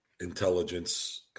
intelligence